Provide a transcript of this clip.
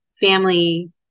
family